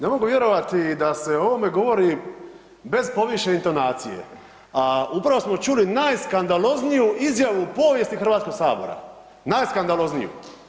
Ne mogu vjerovati da se o ovome govori bez povišene intonacije a upravo smo čuli najskandalozniju izjavu u povijesti Hrvatskog sabora, najskandalozniju.